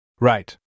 Right